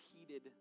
repeated